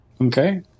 Okay